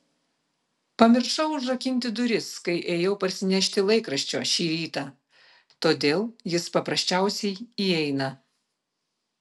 pamiršau užrakinti duris kai ėjau parsinešti laikraščio šį rytą todėl jis paprasčiausiai įeina